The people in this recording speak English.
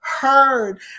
heard